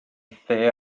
the